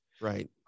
Right